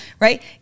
right